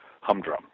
humdrum